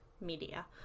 media